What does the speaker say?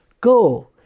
go